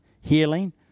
healing